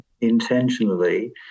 intentionally